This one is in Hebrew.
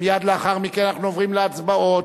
לאחר מכן עוברים להצבעות.